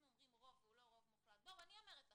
אומרים רוב והוא לא רוב מוחלט אני אומרת לכם,